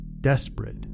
desperate